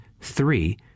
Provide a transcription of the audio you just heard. three